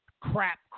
crap